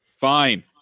fine